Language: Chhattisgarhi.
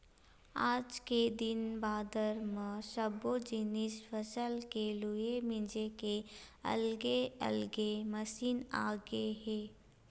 आज के दिन बादर म सब्बो जिनिस फसल के लूए मिजे के अलगे अलगे मसीन आगे हे